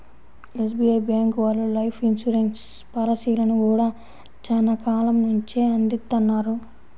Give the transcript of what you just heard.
SBI bank వాళ్ళు life insurance పాలసీలను గూడా చానా కాలం నుంచే అందిత్తన్నారు